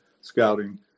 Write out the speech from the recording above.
scouting